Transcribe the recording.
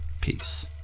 Peace